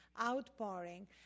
outpouring